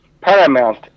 paramount